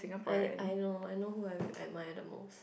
I I know I know who I admire the most